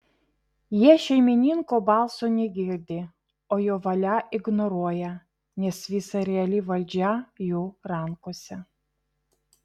jie šeimininko balso negirdi o jo valią ignoruoja nes visa reali valdžia jų rankose